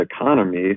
economy